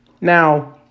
Now